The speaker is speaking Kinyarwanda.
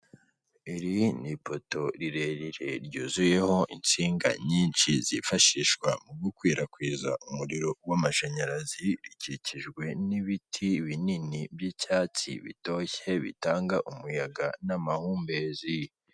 Iri ni ipoto rirerire ryuzuyeho insinga nyinshi zifashishwa mu gukwirakwiza umuriro w'amashanyarazi rikikijwe n'ibiti binini by'icyatsi bitoshye bitanga umuyaga n'amahumbezi.